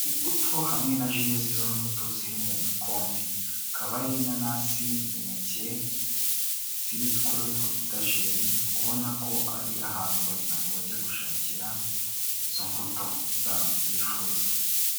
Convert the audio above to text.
Imbuto hamwe na ji z'izo mbuto ziri mu bikombe, akaba ari inanasi, imineke, ziri kuri utwo dutajeri ubona ko ari ahantu abantu bajya gushakira izo mbuto zabo bifuza.